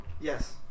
Yes